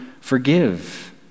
forgive